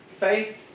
Faith